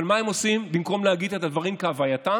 אבל מה הם עושים במקום להגיד את הדברים כהווייתם?